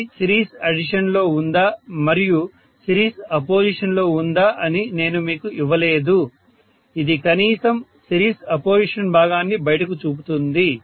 అది సిరీస్ అడిషన్లో ఉందా మరియు సిరీస్ అపోజిషన్ లో ఉందా అని నేను మీకు ఇవ్వలేదు ఇది కనీసం సిరీస్ అపోజిషన్ భాగాన్ని బయటకు చూపుతుంది